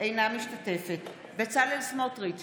אינה משתתפת בהצבעה